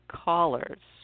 callers